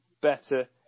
better